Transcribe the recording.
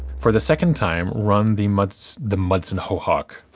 for the second time, run the muds. the mudson howhawk.